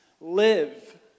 Live